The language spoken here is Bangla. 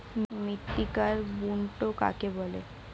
মৃত্তিকার বুনট কাকে বলে?